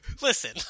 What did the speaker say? Listen